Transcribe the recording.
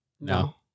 No